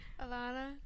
Alana